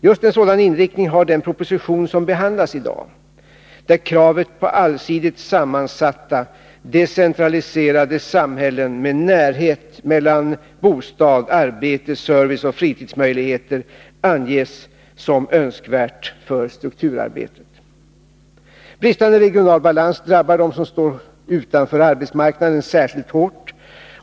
Just en sådan inriktning har den proposition som behandlas i dag, där kravet på allsidigt sammansatta, decentraliserade samhällen med närhet mellan bostad, arbete, service och fritidsmöjligheter anges som angeläget för strukturarbetet. Bristande regional balans drabbar dem som står utanför arbetsmarknaden särskilt hårt.